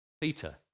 Peter